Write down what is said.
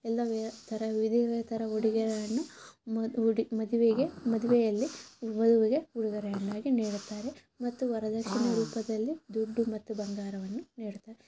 ಎಲ್ಲ ವೆ ಥರ ಥರ ಉಡುಗೊರೆಯನ್ನು ಮ ಉಡಿ ಮದುವೆಗೆ ಮದುವೆಯಲ್ಲಿ ವಧುವಿಗೆ ಉಡುಗೊರೆಯನ್ನಾಗಿ ನೀಡುತ್ತಾರೆ ಮತ್ತು ವರದಕ್ಷಿಣೆ ರೂಪದಲ್ಲಿ ದುಡ್ಡು ಮತ್ತು ಬಂಗಾರವನ್ನು ನೀಡ್ತಾರೆ